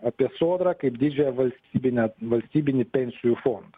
apie sodrą kaip didžiąją valstybinę valstybinį pensijų fondą